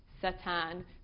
Satan